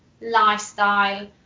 lifestyle